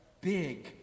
big